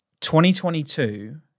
2022